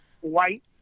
White